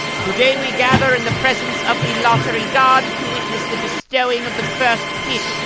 today, we gather in the presence of the lottery gods to witness the bestowing of the first pick.